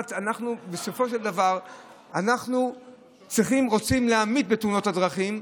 בסופו של דבר אנחנו צריכים ורוצים להמעיט בתאונות הדרכים.